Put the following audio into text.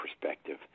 perspective